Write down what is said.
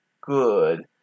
good